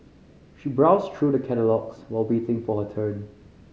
she browsed through the catalogues while waiting for her turn